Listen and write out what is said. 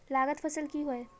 लागत फसल की होय?